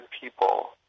people